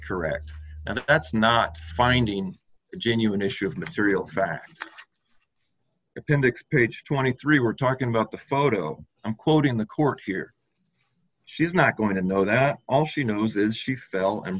correct and that's not finding genuine issue of material facts appendix page twenty three we're talking about the photo i'm quoting the court here she's not going to know that all she knows is she fell and